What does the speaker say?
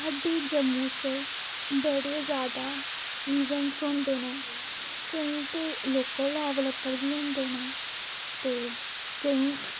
साढ़े जम्मू च बड़े जादा इवेंट्स होंदे न केईं ते लोकल लैवल उप्पर बी होंदे न ते केईं